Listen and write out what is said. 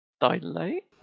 dilate